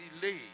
delayed